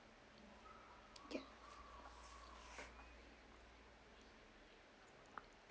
ya